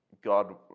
God